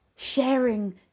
sharing